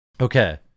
Okay